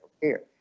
care